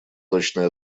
точное